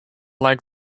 like